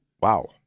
Wow